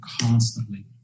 constantly